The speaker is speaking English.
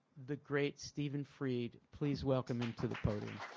the great stephen fried. please welcome him to the podium.